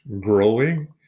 growing